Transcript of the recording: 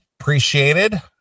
appreciated